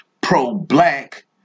pro-black